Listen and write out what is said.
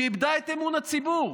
שאיבדה את אמון הציבור.